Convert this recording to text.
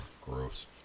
gross